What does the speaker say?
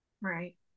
right